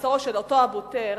מאסרו של אותו אבו טיר,